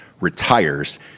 retires